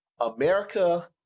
America